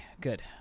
good